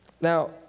Now